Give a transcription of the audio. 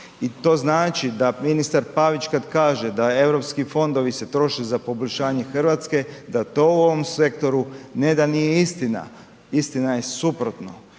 i to znači da ministar Pavić kad kaže da Europski fondovi se troše za poboljšanje RH da to u ovom sektoru ne da nije istina, istina je suprotno,